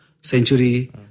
Century